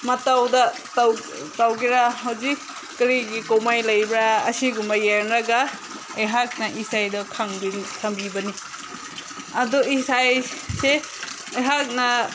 ꯃꯇꯧꯗ ꯇꯧꯒꯦꯔ ꯍꯧꯖꯤꯛ ꯀꯔꯤꯒꯤ ꯀꯨꯝꯃꯩ ꯂꯩꯕ꯭ꯔꯥ ꯑꯁꯤꯒꯨꯝꯕ ꯌꯦꯡꯂꯒ ꯑꯩꯍꯥꯛꯅ ꯏꯁꯩꯗꯣ ꯈꯪꯕꯤꯕꯅꯤ ꯑꯗꯨ ꯏꯁꯩꯁꯦ ꯑꯩꯍꯥꯛꯅ